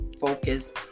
focus